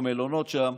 המלונות שם,